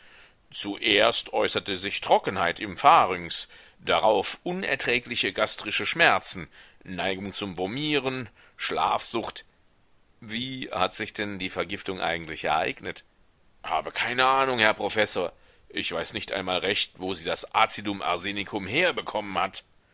zuerst äußerte sich trockenheit im pharynx darauf unerträgliche gastrische schmerzen neigung zum vomieren schlafsucht wie hat sich denn die vergiftung eigentlich ereignet habe keine ahnung herr professor ich weiß nicht einmal recht wo sie das acidum arsenicum herbekommen hat